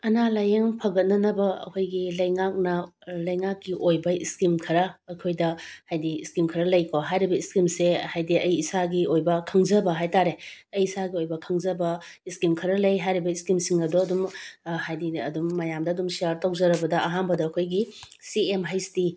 ꯑꯅꯥ ꯂꯥꯏꯌꯦꯡ ꯐꯒꯠꯅꯅꯕ ꯑꯩꯈꯣꯏꯒꯤ ꯂꯩꯉꯥꯛꯅ ꯂꯩꯉꯥꯛꯀꯤ ꯑꯣꯏꯕ ꯏꯁꯀꯤꯝ ꯈꯔ ꯑꯩꯈꯣꯏꯗ ꯍꯥꯏꯗꯤ ꯏꯁꯀꯤꯝ ꯈꯔ ꯂꯩꯀꯣ ꯍꯥꯏꯔꯤꯕ ꯏꯁꯀꯤꯝꯁꯦ ꯍꯥꯏꯗꯤ ꯑꯩ ꯏꯁꯥꯒꯤ ꯑꯣꯏꯕ ꯈꯛꯖꯕ ꯍꯥꯏꯇꯥꯔꯦ ꯑꯩ ꯏꯁꯥꯒꯤ ꯑꯣꯏꯕ ꯈꯪꯖꯕ ꯏꯁꯀꯤꯝ ꯈꯔ ꯂꯩ ꯍꯥꯏꯔꯤꯕ ꯏꯁꯀꯤꯝꯁꯤꯡ ꯑꯗꯣ ꯑꯗꯨꯝ ꯍꯥꯏꯗꯤꯅꯦ ꯑꯗꯨꯝ ꯃꯌꯥꯝꯗ ꯑꯗꯨꯝ ꯁꯤꯌꯥꯔ ꯇꯧꯖꯔꯕꯗ ꯑꯍꯥꯟꯕꯗ ꯑꯩꯈꯣꯏꯒꯤ ꯁꯤ ꯑꯦꯝ ꯍꯩꯁ ꯇꯤ